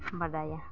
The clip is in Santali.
ᱵᱟᱰᱟᱭᱟ